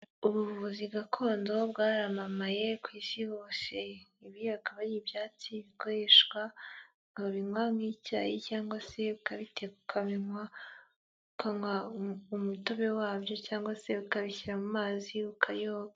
Ubuvuzi gakondo bwaramamaye ku isi hose, ibi akaba ari ibyatsi bikoreshwa babinywa nk'icyayi cyangwa se ukabite ukabinywa umutobe wabyo cyangwa se ukabishyira mu mazi ukayoba.